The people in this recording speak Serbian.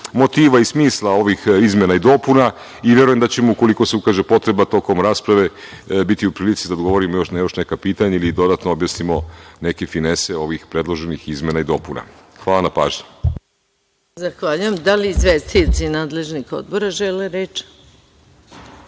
motiva i smisla ovih izmena i dopuna i verujem da ćemo, ukoliko se ukaže potreba tokom rasprave, biti u prilici da odgovorimo na još neka pitanja ili dodatno objasnimo neke finese ovih predloženih izmena i dopuna. Hvala na pažnji.